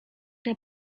der